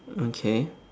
okay